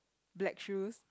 black shoes